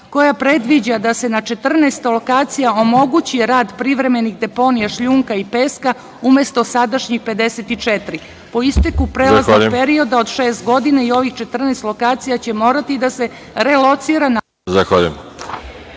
koja predviđa da se na 14 lokacija omogući rad privremenih deponija šljunka i peska, umesto sadašnjih 54.Po isteku prelaznog perioda od šest godina i ovih 14 lokacija će morati da se relocira